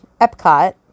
Epcot